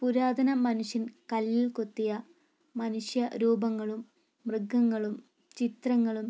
പുരാതന മനുഷ്യൻ കല്ലിൽ കുത്തിയ മനുഷ്യ രൂപങ്ങളും മൃഗങ്ങളും ചിത്രങ്ങളും